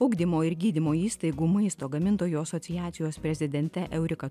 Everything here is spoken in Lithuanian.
ugdymo ir gydymo įstaigų maisto gamintojų asociacijos prezidente eurika